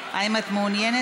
זה לא יכול להיות,